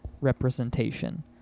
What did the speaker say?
representation